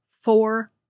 four